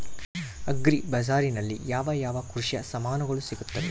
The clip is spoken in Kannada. ಅಗ್ರಿ ಬಜಾರಿನಲ್ಲಿ ಯಾವ ಯಾವ ಕೃಷಿಯ ಸಾಮಾನುಗಳು ಸಿಗುತ್ತವೆ?